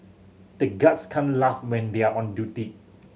the guards can't laugh when they are on duty